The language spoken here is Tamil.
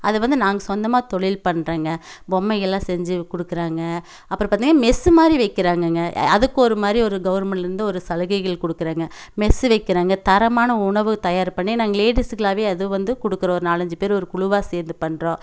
அது வந்து நாங்க சொந்தமாக தொழில் பண்ணுறேங்க பொம்மைகள்லாம் செஞ்சிக் கொடுக்கறாங்க அப்புறம் பார்த்தீன்னே மெஸ்ஸு மாதிரி வைக்கிறாங்கங்க அதுக்கு ஒரு மாதிரி ஒரு கவுர்மெண்ட்லேந்து ஒரு சலுகைகள் கொடுக்கறாங்க மெஸ்ஸு வைக்கறாங்க தரமான உணவு தயார் பண்ணி நாங்கள் லேடிஸுகளாக அது வந்து கொடுக்கறோம் ஒரு நாலஞ்சு பேர் ஒரு குழுவாக சேர்ந்து பண்ணுறோம்